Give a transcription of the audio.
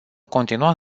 continua